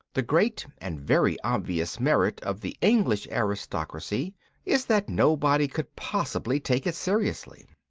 the great and very obvious merit of the english aristocracy is that nobody could possibly take it seriously.